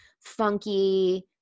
funky